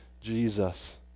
Jesus